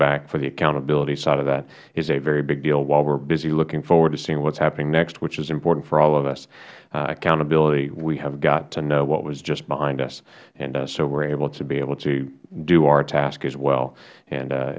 back for the accountability side of that is a very big deal while we are busy looking forward to seeing what is happening next which is important for all of us accountability we have got to know what was just behind us so we are able to be able to do our task as well